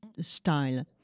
style